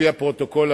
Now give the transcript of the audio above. הפרוטוקול,